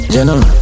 General